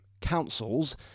councils